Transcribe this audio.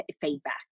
feedback